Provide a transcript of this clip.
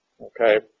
Okay